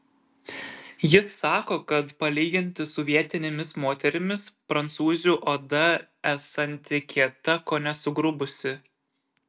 jis sako kad palyginti su vietinėmis moterimis prancūzių oda esanti kieta kone sugrubusi